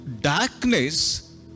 darkness